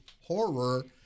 horror